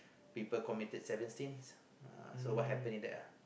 people committed seven sins uh so what happened in that lah